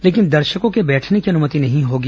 लेकिन दर्शकों के बैठने की अनुमति नहीं होगी